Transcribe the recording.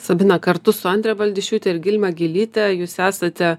sabina kartu su andre baldišiūte ir gilma gilyte jūs esate